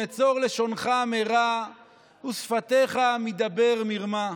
נְצֹר לשונך מרע ושפתיך מדבר מרמה".